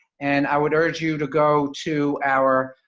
and i would urge you to go to our,